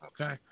Okay